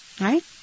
right